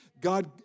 God